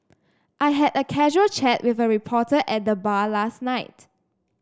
I had a casual chat with a reporter at the bar last night